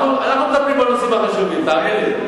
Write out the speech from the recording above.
אנחנו מטפלים בנושאים החשובים, תאמין לי.